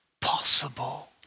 possible